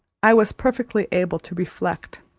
i was perfectly able to reflect.